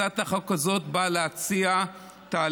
הצעת החוק הזאת באה להציע תהליך